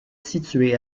situé